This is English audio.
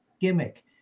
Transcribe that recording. gimmick